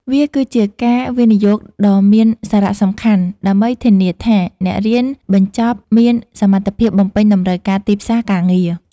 វាគឺជាការវិនិយោគដ៏មានសារៈសំខាន់ដើម្បីធានាថាអ្នករៀនបញ្ចប់មានសមត្ថភាពបំពេញតម្រូវការទីផ្សារការងារ។